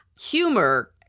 humor